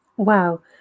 Wow